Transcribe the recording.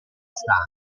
stanza